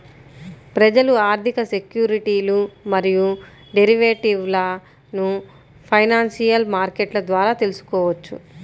ప్రజలు ఆర్థిక సెక్యూరిటీలు మరియు డెరివేటివ్లను ఫైనాన్షియల్ మార్కెట్ల ద్వారా తెల్సుకోవచ్చు